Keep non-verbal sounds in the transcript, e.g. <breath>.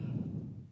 <breath>